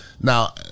Now